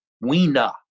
Weena